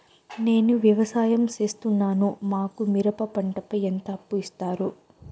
నేను వ్యవసాయం సేస్తున్నాను, మాకు మిరప పంటపై ఎంత అప్పు ఇస్తారు